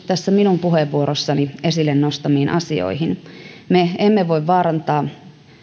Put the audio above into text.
tässä puheenvuorossani esille nostamiini asioihin me emme voi vaarantaa